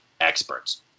experts